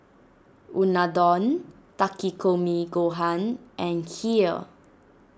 Unadon Takikomi Gohan and Kheer